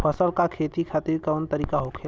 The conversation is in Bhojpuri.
फसल का खेती खातिर कवन तरीका होखेला?